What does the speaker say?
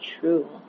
true